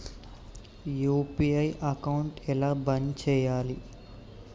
UPI account ఎలా బంద్ చేయాలి?